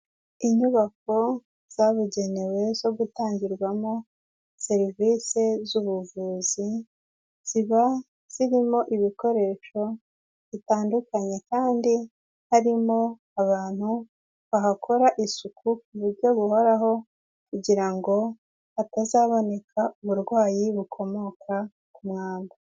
Inyubako zabugenewe zo gutangirwamo serivise z'ubuvuzi, ziba zirimo ibikoresho bitandukanye kandi harimo abantu bahakora isuku ku buryo buhoraho kugira ngo hatazaboneka uburwayi bukomoka ku mwanda.